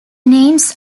names